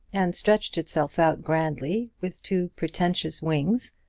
and stretched itself out grandly, with two pretentious wings,